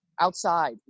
outside